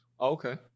Okay